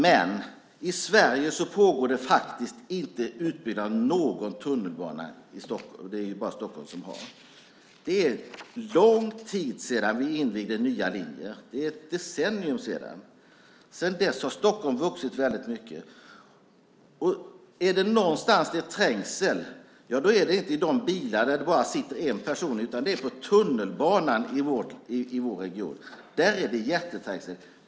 Men i Stockholm pågår det faktiskt inte någon utbyggnad av tunnelbanan. Det är lång tid sedan vi invigde nya linjer. Det är ett decennium sedan. Sedan dess har Stockholm vuxit väldigt mycket. Och är det någonstans som det är trängsel så är det inte i de bilar där det bara sitter en person, utan det är på tunnelbanan i vår region. Där är det jätteträngsel.